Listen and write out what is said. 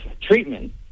treatment